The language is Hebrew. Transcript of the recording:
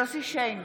נגד יוסף שיין,